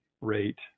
rate